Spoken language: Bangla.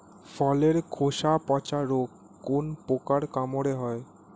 ফলের খোসা পচা রোগ কোন পোকার কামড়ে হয়?